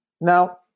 Now